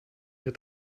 hier